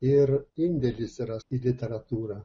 ir indėlis yra į literatūrą